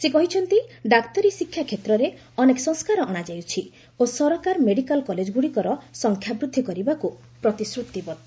ସେ କହିଛନ୍ତି ଡାକ୍ତରୀ ଶିକ୍ଷା କ୍ଷେତ୍ରରେ ଅନେକ ସଂସ୍କାର ଅଣାଯାଉଛି ଓ ସରକାର ମେଡିକାଲ୍ କଲେଜଗ୍ରଡ଼ିକର ସଂଖ୍ୟା ବୃଦ୍ଧି କରିବାକୁ ପ୍ରତିଶ୍ରୁତିବଦ୍ଧ